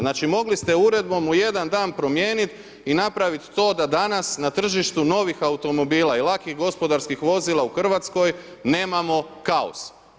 Znači mogli ste uredbom u jedan dan promijenit i napraviti to da da danas na tržištu novih automobila i lakih gospodarskih vozila u Hrvatskoj, nemamo kaos.